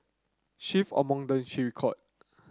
chief among them she recall